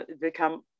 become